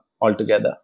altogether